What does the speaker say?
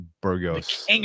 Burgos